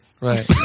right